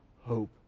hope